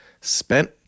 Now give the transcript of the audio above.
spent